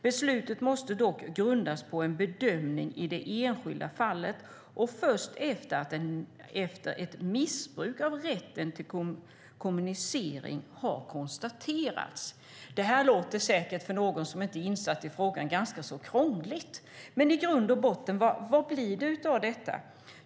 Beslutet måste dock grundas på en bedömning i det enskilda fallet och först efter att missbruk av rätten till kommunicering har konstaterats. Det här låter säkert för någon som inte är insatt i frågan ganska krångligt, men vad betyder det i grund och botten?